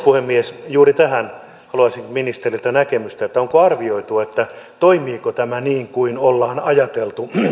puhemies juuri tähän haluaisin ministeriltä näkemystä onko arvioitu toimiiko tämä niin kuin ollaan ajateltu